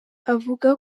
avuga